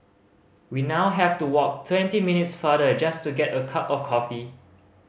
we now have to walk twenty minutes farther just to get a cup of coffee